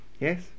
Yes